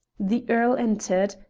the earl entered,